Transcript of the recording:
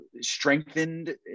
strengthened